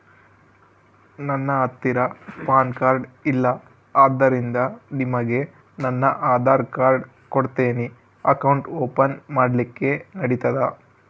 ನನ್ನ ಹತ್ತಿರ PAN card ಇಲ್ಲ ಆದ್ದರಿಂದ ನಿಮಗೆ ನನ್ನ ಆಧಾರ್ ಕಾರ್ಡ್ ಕೊಡ್ತೇನಿ ಅಕೌಂಟ್ ಓಪನ್ ಮಾಡ್ಲಿಕ್ಕೆ ನಡಿತದಾ?